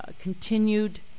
continued